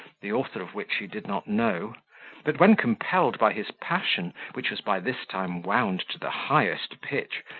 the author of which he did not know but when compelled by his passion, which was by this time wound to the highest pitch,